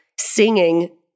singing